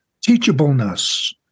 teachableness